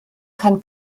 kann